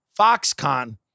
Foxconn